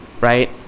Right